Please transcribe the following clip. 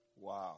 Wow